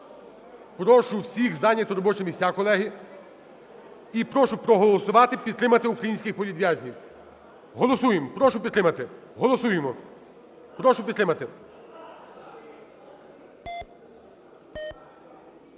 Прошу всіх зайняти робочі місця, колеги. І прошу проголосувати, підтримати українських політв'язнів. Голосуємо. Прошу підтримати.